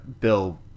Bill